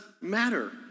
matter